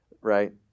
right